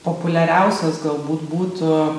populiariausios galbūt būtų